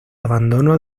abandono